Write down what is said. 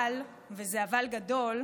אבל, וזה אבל גדול,